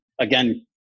again